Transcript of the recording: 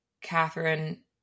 Catherine